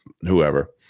whoever